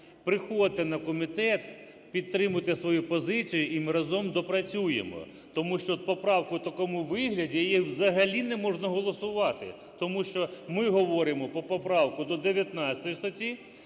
приходьте на комітет, підтримуйте свою позицію, і ми разом допрацюємо. Тому що от поправку в такому вигляді, її взагалі не можна голосувати. Тому що ми говоримо про поправку до 19 статті,